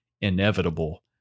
inevitable